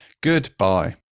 Goodbye